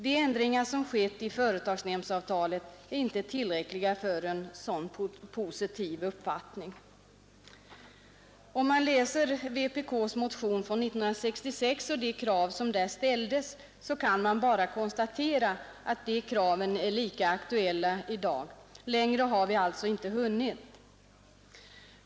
De ändringar som skett i företagsnämndsavtalet är inte tillräckliga för en så positiv uppfattning. Om man läser vpk:s motion från 1966 och de krav som där ställdes, kan man bara konstatera att de kraven är lika aktuella i dag, längre har vi alltså inte hunnit.